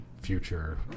future